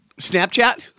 Snapchat